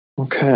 Okay